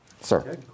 Sir